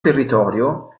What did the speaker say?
territorio